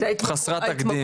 חסרת תקדים.